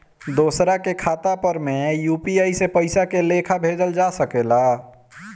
दोसरा के खाता पर में यू.पी.आई से पइसा के लेखाँ भेजल जा सके ला?